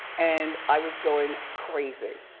and i was going crazy.